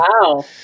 Wow